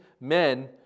men